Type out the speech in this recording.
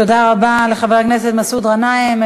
תודה רבה לחבר הכנסת מסעוד גנאים.